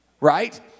right